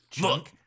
Look